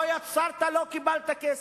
לא יצרת, לא קיבלת כסף.